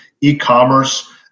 e-commerce